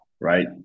right